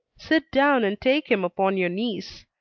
sit down and take him upon your knees.